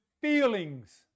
feelings